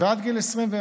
ועד גיל 21,